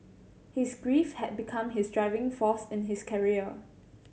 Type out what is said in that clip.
his grief had become his driving force in his career